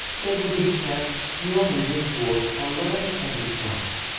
there's a good chance you are moving towards a learner-centered class.